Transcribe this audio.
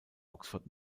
oxford